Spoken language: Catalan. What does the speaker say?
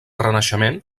renaixement